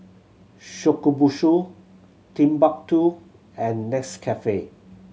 Shokubutsu Timbuk Two and Nescafe